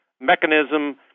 mechanism